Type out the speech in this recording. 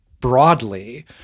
broadly